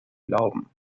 glauben